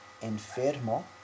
Enfermo